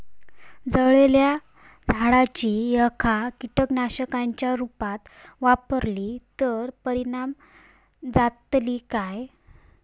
जळालेल्या झाडाची रखा कीटकनाशकांच्या रुपात वापरली तर परिणाम जातली काय?